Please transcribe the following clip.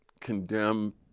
condemn